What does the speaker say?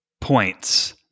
points